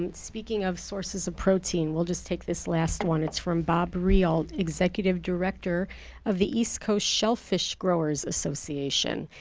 and speaking of sources of protein, we'll just take this last one. it's from bob reel, executive director of the east coast shellfish growers' association.